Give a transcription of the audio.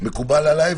מקובל עליי.